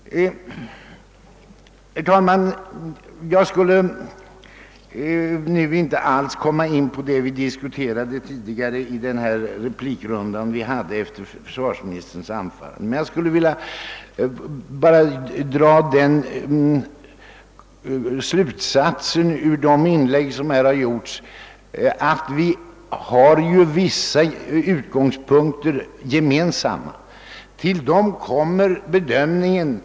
Nu skall jag inte här gå in på vad vi diskuterade i den tidigare replikronden efter försvarsministerns anförande; jag drar bara den slutsatsen av de inlägg som gjorts att vi ändå har vissa gemensamma utgångspunkter.